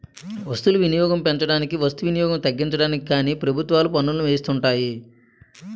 వస్తువులు వినియోగం పెంచడానికి వస్తు వినియోగం తగ్గించడానికి కానీ ప్రభుత్వాలు పన్నులను వేస్తుంటాయి